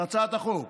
על הצעת החוק,